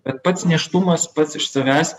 bet pats nėštumas pats iš savęs